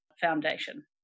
foundation